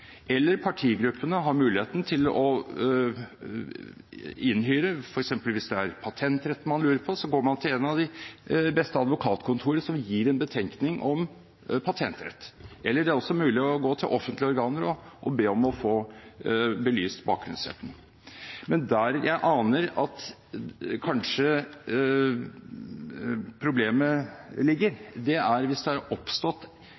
eller partigruppene har muligheten til å hyre inn folk. For eksempel hvis det er patentretten man lurer på, går man til en av de beste advokatkontorene, som gir en betenkning om patentrett, eller det er også mulig å gå til offentlige organer og be om å få belyst bakgrunnsretten. Men der jeg aner at problemet kanskje ligger, er hvis det er oppstått